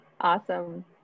Awesome